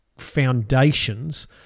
foundations